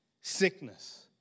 sickness